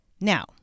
Now